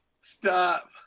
Stop